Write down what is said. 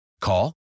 Call